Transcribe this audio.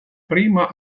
prima